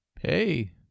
hey